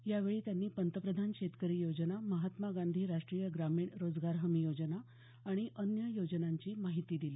यावेळी त्यांनी पंतप्रधान शेतकरी योजना महात्मा गांधी राष्टीय ग्रामीण रोजगार हमी योजना आणि अन्य योजनांची माहिती दिली